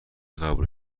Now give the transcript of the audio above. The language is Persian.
قبول